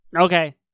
Okay